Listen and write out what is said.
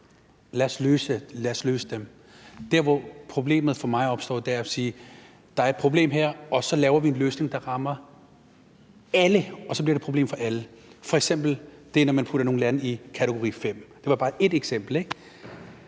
lad os løse dem. Der, hvor problemet for mig opstår, er, at man siger, at der er et problem her, og så laver vi en løsning, der rammer alle, og så bliver det et problem for alle. F.eks. er det tilfældet, når vi putter nogle lande i kategori 5. Det er bare ét eksempel.